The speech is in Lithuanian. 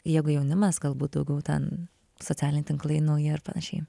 jeigu jaunimas galbūt daugiau ten socialiniai tinklai nauji ir panašiai